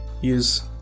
use